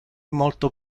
molto